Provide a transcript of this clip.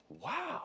wow